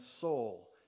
soul